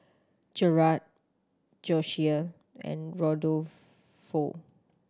Jerad Josiah and Rodolfo